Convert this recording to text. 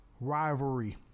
rivalry